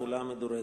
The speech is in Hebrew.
תחולה מדורגת).